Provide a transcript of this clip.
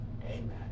Amen